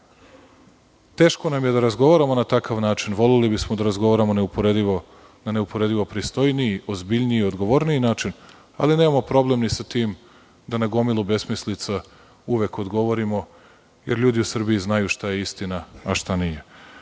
Teško nam je da razgovaramo na takav način. Voleli bismo da razgovaramo na neuporedivo pristojniji, ozbiljniji i odgovorniji način. Ali nemamo problem ni sa tim da na gomilu besmislica uvek odgovorimo, jer ljudi u Srbiji znaju šta je istina, a šta